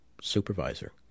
supervisor